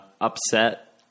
upset